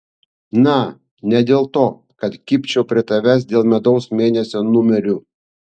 na ne dėl to kad kibčiau prie tavęs dėl medaus mėnesio numerių